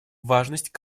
важность